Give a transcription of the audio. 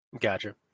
Gotcha